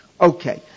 Okay